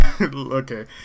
Okay